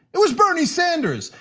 it was bernie sanders.